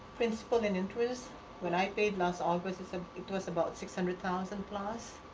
principal and interest what i paid last august so it was about six hundred thousand plus.